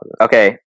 okay